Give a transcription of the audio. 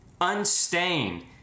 unstained